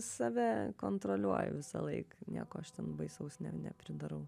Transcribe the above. save kontroliuoju visąlaik nieko aš ten baisaus ne nepridarau